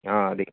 ఆ అది